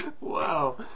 Wow